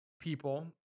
People